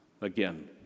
Again